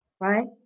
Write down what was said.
Right